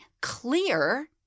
clear